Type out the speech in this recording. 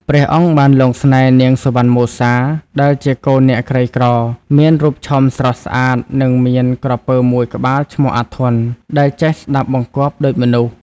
ព្រះអង្គបានលង់ស្នេហ៍នាងសុវណ្ណមសា ដែលជាកូនអ្នកក្រីក្រ មានរូបឆោមស្រស់ស្អាត និងមានក្រពើមួយក្បាលឈ្មោះ អាធន់ ដែលចេះស្ដាប់បង្គាប់ដូចមនុស្ស។